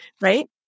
right